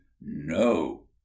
no